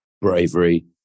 bravery